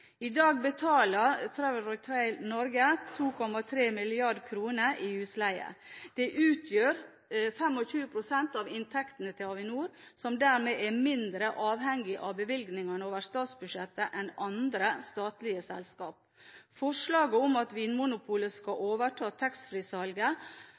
I dag betaler Travel Retail Norge 2,3 mrd. kr. i husleie. Det utgjør 25 pst. av inntektene til Avinor, som dermed er mindre avhengig av bevilgninger over statsbudsjettet enn andre statlige selskap. Forslaget om at Vinmonopolet skal